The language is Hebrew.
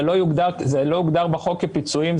זה לא הוגדר בחוק כפיצויים,